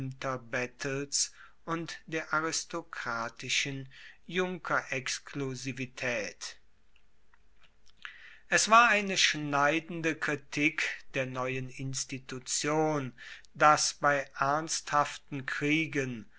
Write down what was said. und der aristokratischen junkerexklusivitaet es war eine schneidende kritik der neuen institution dass bei ernsthaften kriegen